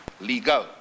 legal